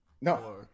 No